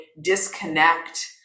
disconnect